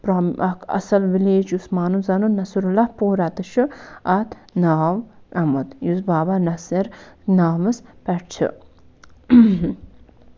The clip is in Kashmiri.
اکھ اَصٕل وِلٮ۪ج یُس مانُن زانُن نَصرُاللہ پورہ تہِ چھُ اتھ ناو آمُت یُس بابا نَصِرناوَس پٮ۪ٹھ چھُ